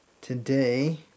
today